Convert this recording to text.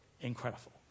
incredible